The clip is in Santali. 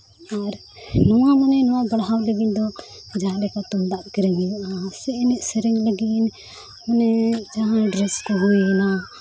ᱟᱨ ᱱᱚᱣᱟ ᱢᱚᱱᱮ ᱱᱚᱣᱟ ᱜᱟᱲᱦᱟᱣ ᱞᱟᱹᱜᱤᱫ ᱫᱚ ᱡᱟᱦᱟᱸ ᱞᱮᱠᱟ ᱛᱩᱢᱫᱟᱜ ᱠᱤᱨᱤᱧ ᱦᱩᱭᱩᱜᱼᱟ ᱥᱮ ᱮᱱᱮᱡ ᱥᱮᱨᱮᱧ ᱞᱟᱹᱜᱤᱫ ᱢᱟᱱᱮ ᱡᱟᱦᱟᱸ ᱰᱨᱮᱥ ᱠᱚ ᱦᱩᱭᱮᱱᱟ